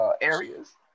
areas